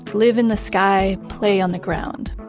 live in the sky, play on the ground.